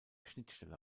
schnittstelle